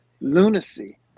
lunacy